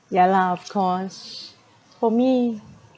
ya lah of course for me